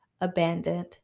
abandoned